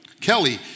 Kelly